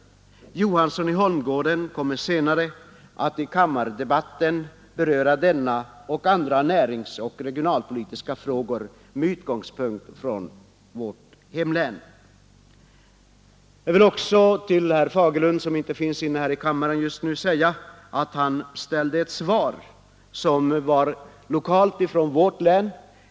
Herr Johansson i Holmgården kommer senare i debatten att beröra denna och andra näringsoch regionalpolitiska frågor med utgångspunkt från vårt hemlän. Herr Fagerlund, som just nu inte är närvarande i kammaren, ställde en fråga, som hade lokal anknytning till vårt län.